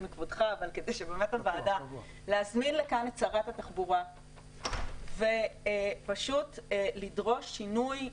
מכבודך להזמין לכאן את שרת התחבורה ופשוט לדרוש שינוי.